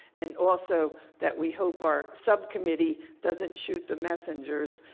and also, that we hope our subcommittee doesn't shoot the messengers.